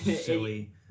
silly